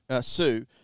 Sue